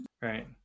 Right